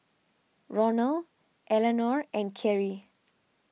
Ronald Eleanore and Kerrie